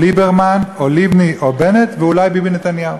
ליברמן, לבני או בנט, ואולי ביבי נתניהו.